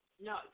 no